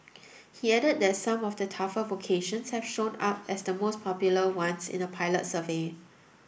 he added that some of the tougher vocations have shown up as the most popular ones in a pilot survey